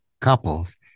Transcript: couples